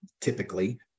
typically